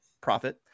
profit